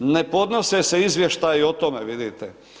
Ne podnose se izvještaji o tome, vidite.